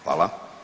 Hvala.